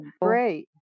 Great